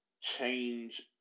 change